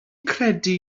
credu